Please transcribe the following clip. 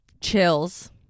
Chills